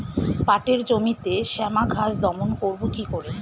পাটের জমিতে শ্যামা ঘাস দমন করবো কি করে?